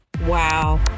wow